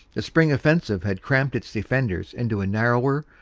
the spring offensive had cramped its defenders into a narro ver,